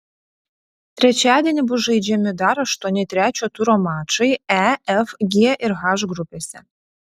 trečiadienį bus žaidžiami dar aštuoni trečio turo mačai e f g ir h grupėse